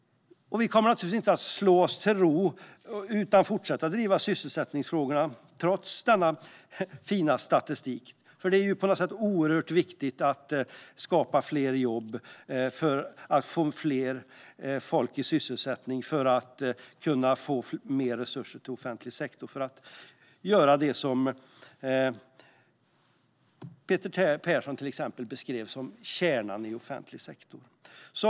Vi kommer naturligtvis inte att slå oss till ro utan fortsätta att driva sysselsättningsfrågorna, trots den fina statistiken, för det är oerhört viktigt att få fler människor i sysselsättning för att få mer resurser till offentlig sektor och kunna göra det som Peter Persson beskrev som kärnan i offentlig sektor.